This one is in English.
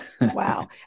Wow